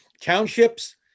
Townships